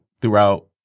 throughout